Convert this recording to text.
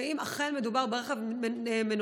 ואם אכן מדובר ברכב מנועי,